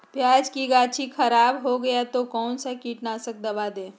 प्याज की गाछी खराब हो गया तो कौन सा कीटनाशक दवाएं दे?